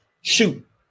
shoot